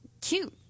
cute